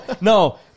no